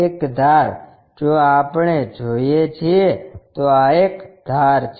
એક ધાર જો આપણે જોઈએ છીએ તો આ એક ધાર છે